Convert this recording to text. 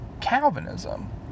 Calvinism